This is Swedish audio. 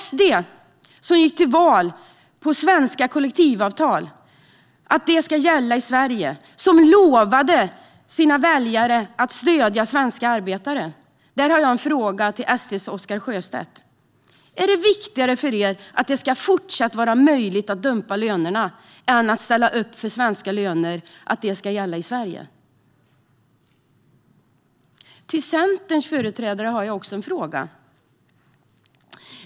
SD gick till val på att svenska kollektivavtal ska gälla i Sverige och lovade sina väljare att stödja svenska arbetare. Därför har jag en fråga till SD:s Oscar Sjöstedt. Är det viktigare för er att det fortsatt ska vara möjligt att dumpa löner än att ställa upp för att svenska löner ska gälla i Sverige? Till Centerns företrädare har jag också en fråga.